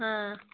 آ